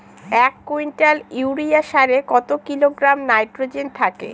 এক quintal urea সারে কত কিলোগ্রাম নাইট্রোজেন থাকে?